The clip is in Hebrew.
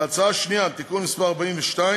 בהצעה השנייה, תיקון מס' 42,